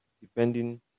depending